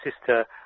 sister